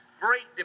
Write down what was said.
Great